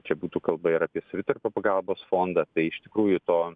čia būtų kalba ir apie savitarpio pagalbos fondą bei iš tikrųjų to